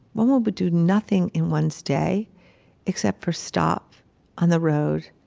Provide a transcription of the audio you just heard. one would but do nothing in one's day except for stop on the road,